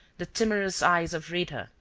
the timorous eyes of rita,